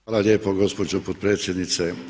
Hvala lijepo gospođo potpredsjednice.